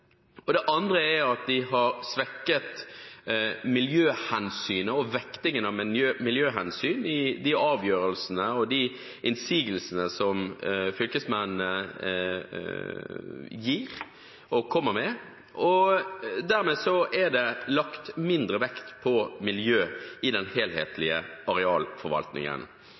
Det andre er at de har svekket miljøhensynet og vektingen av miljøhensyn i de avgjørelsene og de innsigelsene som fylkesmennene kommer med. Dermed er det lagt mindre vekt på miljø i den helhetlige arealforvaltningen.